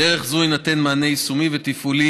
בדרך זו יינתן מענה יישומי ותפעולי